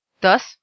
Thus